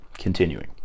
Continuing